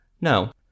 No